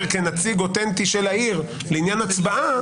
כנציג אותנטי של העיר לעניין הצבעה,